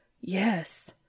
Yes